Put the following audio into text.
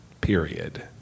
period